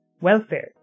welfare